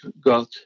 got